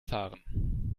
fahren